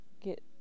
get